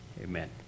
Amen